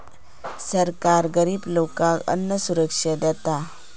सरकार गरिब लोकांका अन्नसुरक्षा देता